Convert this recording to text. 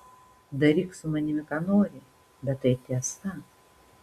daryk su manimi ką nori bet tai tiesa